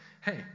hey